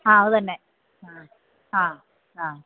ആ അത് തന്നെ ആ ആ